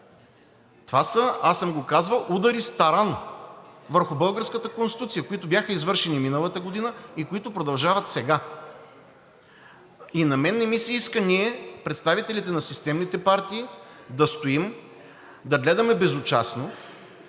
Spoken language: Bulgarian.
Това са, аз съм го казвал, удари с таран върху българската Конституция, които бяха извършени миналата година и които продължават сега. На мен не ми се иска ние – представителите на системните партии, да стоим, да гледаме безучастно,